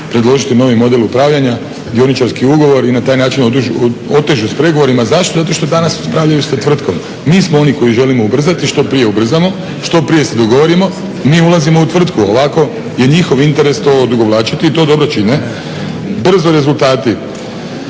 predložiti novi model upravljanja, dioničarski ugovor i na taj način otežu s pregovorima. Zašto? Zato što danas upravljaju sa tvrtkom. Mi smo oni koji želimo ubrzat i što prije ubrzamo, što prije se dogovorimo mi ulazimo u tvrtku, ovako je njihov interes to odugovlačiti i to dobro čine. Brzo rezultati.